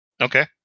Okay